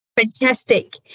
Fantastic